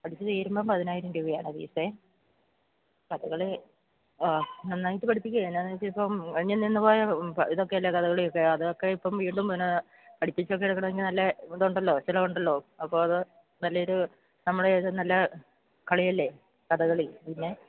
പഠിച്ച് തീരുമ്പം പതിനായിരം രൂപയാണ് ഫീസ് കഥകളി നന്നായിട്ട് പഠിപ്പിക്കുകയും എന്നാന്ന് വെച്ചാൽ ഇപ്പം അന്യം നിന്ന് പോയ ഇതൊക്കെയല്ലേ കഥകളിയൊക്കെ അതൊക്കെ ഇപ്പം വീണ്ടും എന്നാ പഠിപ്പിച്ചൊക്കെ എടുക്കണമെങ്കിൽ നല്ല ഇതുണ്ടല്ലോ ചിലവുണ്ടല്ലോ അപ്പം അത് നല്ല ഒരു നമ്മളുടെ ഇത് നല്ല കളിയല്ലേ കഥകളി പിന്നെ